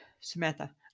Samantha